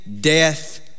death